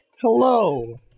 hello